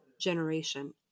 generation